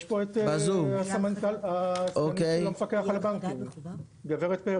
יש פה את הסגנית של המפקח על הבנקים, גב' פרץ.